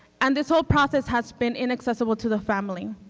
and this whole process has been inaccessible to the family.